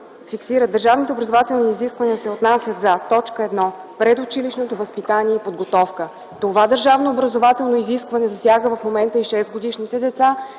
„Държавното образователно изискване се отнася за: 1. Предучилищното възпитание и подготовка.”. Това държавно образователно изискване засяга в момента петгодишните и